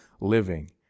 living